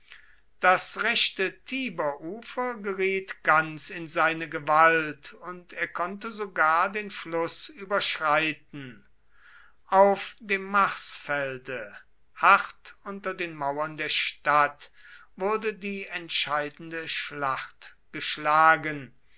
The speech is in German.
das rechte tiberufer geriet ganz in seine gewalt und er konnte sogar den fluß überschreiten auf dem marsfelde hart unter den mauern der stadt wurde die entscheidende schlacht geschlagen